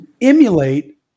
emulate